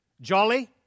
Jolly